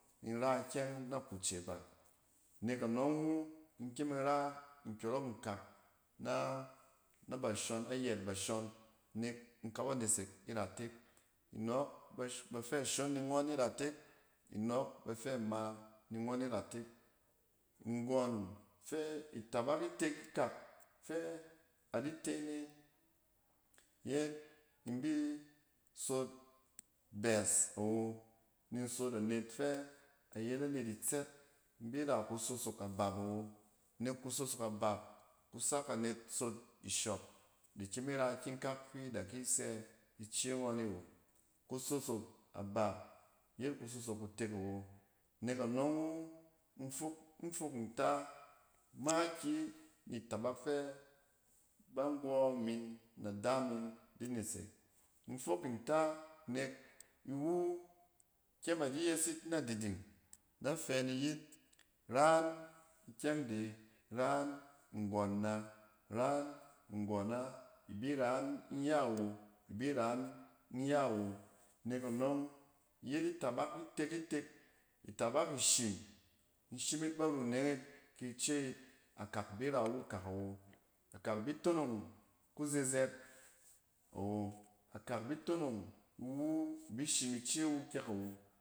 Nin ra kyɛng na kuce ba. Nek anɔng wu in kyem in ra nkyɔrɔk nkak na. Na nashɔn ayɛt bashɔn, nek in kaba nesek iratek inɔɔk bash-bafɛ shon ni ngɔn iratek, inɔɔk bafe ma ni ngn iratek. Nggɔn fɛ, itabak itel ikak fɛ adi te ne yet in bi sot bɛs awo. Nin sot anet fɛ ayet anet itsɛt, in bira kusosok abpawo. Nek kusosok abap ku sak anet sot ishop da kyem ira ikyinkak fi sa ki se ice ngɔn e wo kusosok a bao yet kusot kutek awo. Nek anɔng wu in fok in fok nta makiyi ni itabak fɛ ba nngɔ min na damin di nesek. Infok nta, nek iwu kyem adi yes it na diding na fɛ ni yil ran ikyɛng de, ran nggɔn na, ran nngɔn na, ibiran inya awo, ibi ran in ya wo. Nek anɔng iyet iatabak itek-itek, itabak ishin in shin yit ba runneng it ki ice yit, akak bi rawu akak awo, akak bi tonong kuzizɛt awo, akak bi tonong iwu bi shin ice wu kyɛk awo.